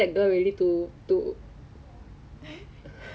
两个 hand sanitizer Lifebuoy eh